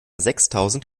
sechstausend